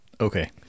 Okay